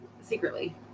secretly